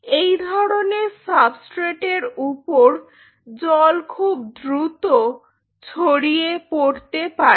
এই ধরনের সাবস্ট্রেট এর উপর জল খুব দ্রুত ছড়িয়ে পড়তে পারে